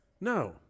No